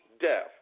death